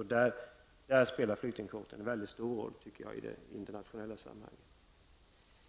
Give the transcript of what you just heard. I det fallet spelar flyktingkvoten en stor roll i det internationella sammanhanget.